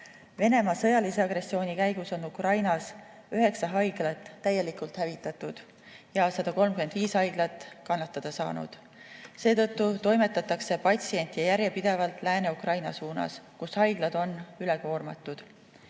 Venemaa sõjalise agressiooni käigus on Ukrainas üheksa haiglat täielikult hävitatud ja 135 haiglat kannatada saanud. Seetõttu toimetatakse patsiente järjepidevalt Lääne-Ukrainasse, kus aga haiglad on üle koormatud.